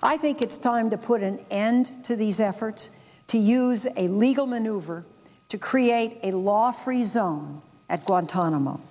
i think it's time to put an end to these efforts to use a legal maneuver to create a law free zone at guantanamo